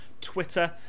Twitter